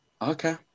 Okay